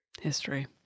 history